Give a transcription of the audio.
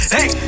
Hey